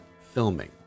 filming